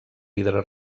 vidre